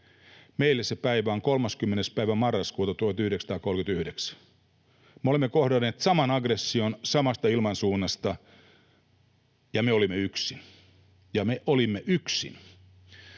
Meille se päivä on 30. päivä marraskuuta 1939. Me olemme kohdanneet saman aggression samasta ilmansuunnasta, ja me olimme yksin. Ja me olimme yksin.